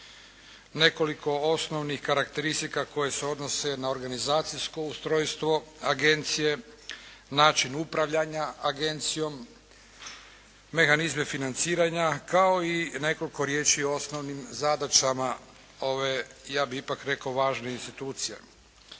nekoliko osnovnih karakteristika koje se odnose na organizacijsko ustrojstvo agencije, način upravljanja agencijom, mehanizmi financiranja kao i nekoliko riječi o osnovnim zadaćama ove ja bih ipak rekao važne institucije.